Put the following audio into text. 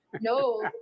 No